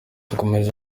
akomeza